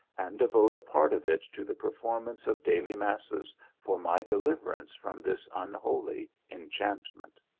and devote a part of it to the perform ance of daily masses for my deliverance from this unholy enchantment.